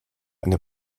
eine